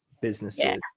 businesses